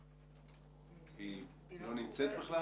לא.